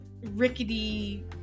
rickety